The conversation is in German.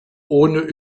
ohne